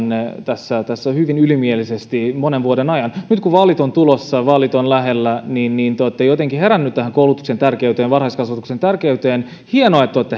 hyvin ylimielisesti monen vuoden ajan nyt kun vaalit ovat tulossa vaalit ovat lähellä niin te olette jotenkin heränneet tähän koulutuksen tärkeyteen ja varhaiskasvatuksen tärkeyteen hienoa että te olette